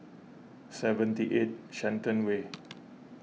seventy eight Shenton Way